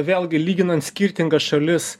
vėlgi lyginant skirtingas šalis